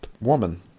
woman